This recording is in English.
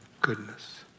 goodness